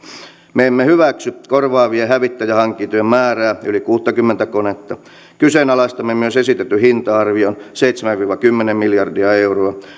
me emme hyväksy korvaavien hävittäjähankintojen määrää yli kuuttakymmentä konetta kyseenalaistamme myös esitetyn hinta arvion seitsemän viiva kymmenen miljardia euroa